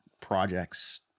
projects